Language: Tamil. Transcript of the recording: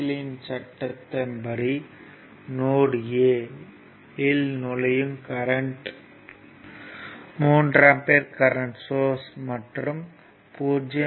எல் இன் சட்டப்படி நோட் a இல் நுழையும் கரண்ட்கள் 3 ஆம்பியர் கரண்ட் சோர்ஸ் மற்றும் 0